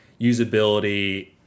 usability